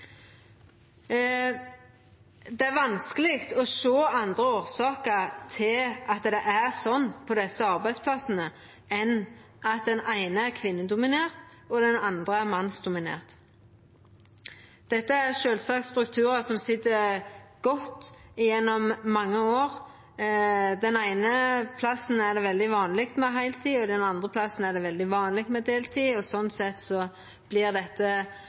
sånn på desse arbeidsplassane enn at den eine er kvinnedominert og den andre er mannsdominert. Dette er sjølvsagt strukturar som sit godt gjennom mange år. Den eine plassen er det veldig vanleg med heiltid, den andre plassen er det veldig vanleg med deltid, og sånn sett går dette inn i vanane til folk og òg i leiinga. Dette